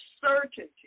certainty